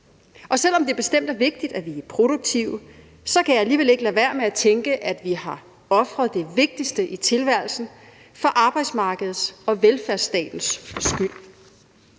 Selv om det bestemt er vigtigt, at vi er produktive, kan jeg alligevel ikke lade være med at tænke, at vi har ofret det vigtigste i tilværelsen for arbejdsmarkedets og velfærdsstatens skyld.